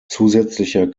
zusätzlicher